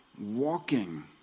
walking